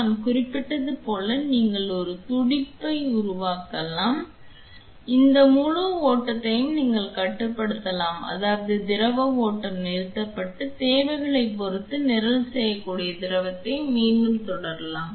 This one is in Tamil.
நான் குறிப்பிட்டது போல் நீங்கள் ஒரு துடிப்புத் துடிப்பை உருவாக்கலாம் இந்த முழு ஓட்டத்தையும் நீங்கள் கட்டுப்படுத்தலாம் அதாவது திரவ ஓட்டம் நிறுத்தப்பட்டு தேவைகளைப் பொறுத்து நிரல் செய்யக்கூடிய திரவத்தை மீண்டும் தொடரலாம்